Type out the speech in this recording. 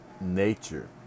nature